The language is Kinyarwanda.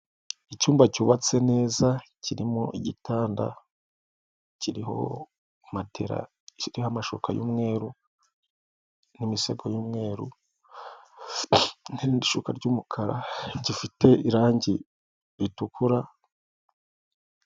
Icyumba cyubatse neza kirimo igitanda, kiriho matela, kiriho amashuka y'umweru n'imisego y'umweru n'irindi shuka ry'umukara, gifite irangi ritukura.